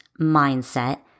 mindset